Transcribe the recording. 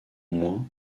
moins